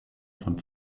von